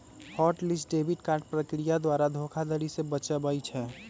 hot list debit card प्रक्रिया द्वारा धोखाधड़ी से बचबइ छै